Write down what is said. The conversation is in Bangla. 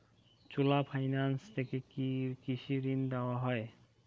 চোলা ফাইন্যান্স থেকে কি কৃষি ঋণ দেওয়া হয়?